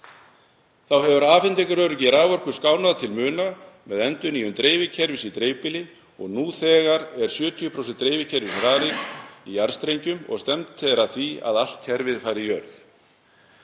Þá hefur afhendingaröryggi raforku skánað til muna með endurnýjun dreifikerfis í dreifbýli og nú þegar er 70% af dreifikerfi Rariks í jarðstrengjum og stefnt er að því að allt kerfið fari í jörð.